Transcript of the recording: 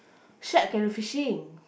shark can fishing